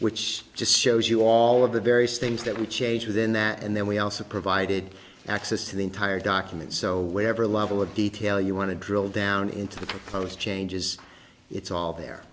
which just shows you all of the various things that would change within that and then we also provided access to the entire document so whatever level of detail you want to drill down into the proposed changes it's all there